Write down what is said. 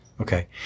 Okay